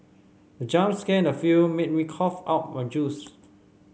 the jump scare in the film made me cough out my juice